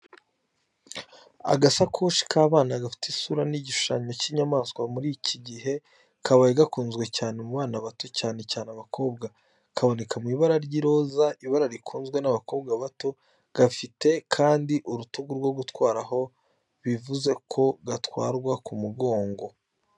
Agasakoshi k’abana gafite isura n’igishushanyo cy’inyamaswa muri iki gihe kabaye gakunzwe cyane mu bana bato cyane cyane abakobwa. Kaboneka mu ibara ry'iroza, ibara rikunzwe n’abakobwa bato, gafite kandi urutugu rwo gutwaraho bivuze ko gatwarwa ku mugongo.